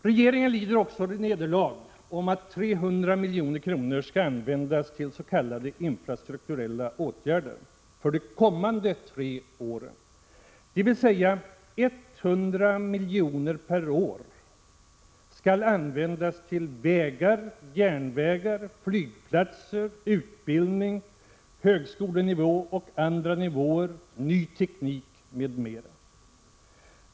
Regeringen lider också nederlag när det gäller förslaget om att 300 milj.kr. skall användas till s.k. infrastrukturella åtgärder för de kommande tre åren. Förslaget innebär att 100 milj.kr. per år skall användas till vägar, järnvägar, flygplatser, utbildning på högskolenivå och på andra nivåer, ny teknik m.m.